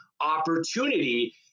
opportunity